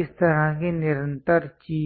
इस तरह की निरंतर चीज